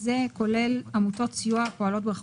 לא עליית מס הרכישה.